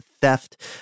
theft